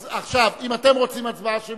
אז עכשיו, אם אתם רוצים הצבעה שמית,